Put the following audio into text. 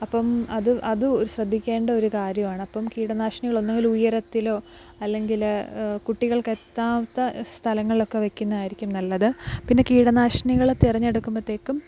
അപ്പോള് അത് അത് ഒരു ശ്രദ്ധിക്കേണ്ട ഒരു കാര്യമാണ് അപ്പോള് കീടനാശിനികള് ഒന്നുങ്കില് ഉയരത്തിലോ അല്ലെങ്കില് കുട്ടികൾക്കെത്താത്ത സ്ഥലങ്ങളിലൊക്കെ വയ്ക്കുന്നതായിരിക്കും നല്ലത് പിന്നെ കീടനാശിനികള് തെരഞ്ഞെടുക്കുമ്പോഴത്തേക്കും